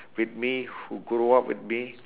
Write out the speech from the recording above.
with me who grow up with me